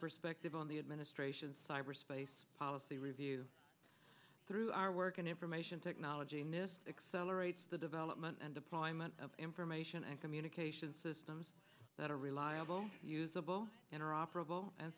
perspective on the administration's cyberspace policy review through our work in information technology mystic celebrates the development and deployment of information and communication systems that are reliable usable interoperable and